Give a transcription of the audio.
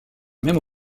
même